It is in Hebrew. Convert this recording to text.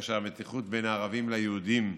כאשר המתיחות בין הערבים ליהודים ירדה,